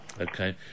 Okay